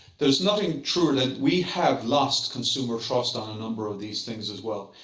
there's nothing truer than we have lost consumer trust on a number of these things as well.